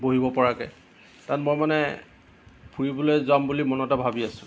বহিব পৰাকে কাৰণ মই মানে ফুৰিবলৈ যাম বুলি মনতে ভাৱি আছোঁ